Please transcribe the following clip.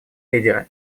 лидеры